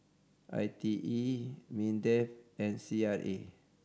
I T E MINDEF and C R A